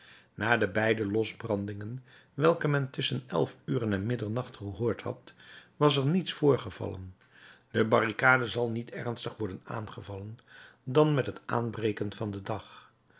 na de beide losbrandingen welke men tusschen elf uren en middernacht gehoord had was er niets voorgevallen de barricade zal niet ernstig worden aangevallen dan met het aanbreken van den dag